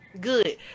good